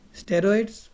steroids